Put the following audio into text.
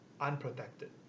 unprotected